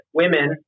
women